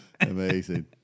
amazing